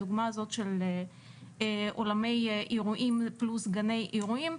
הדוגמה של אולמי אירועים פלוס גני אירועים,